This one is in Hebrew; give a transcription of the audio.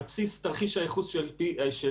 על בסיס תרחיש הייחוס שלי,